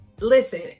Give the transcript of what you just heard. listen